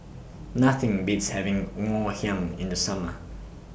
Nothing Beats having Ngoh Hiang in The Summer